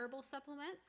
supplements